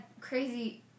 crazy